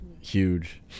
huge